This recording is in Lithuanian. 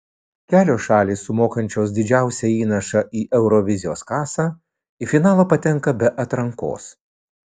kelios šalys sumokančios didžiausią įnašą į eurovizijos kasą į finalą patenka be atrankos